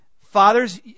Fathers